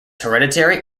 hereditary